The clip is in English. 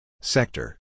Sector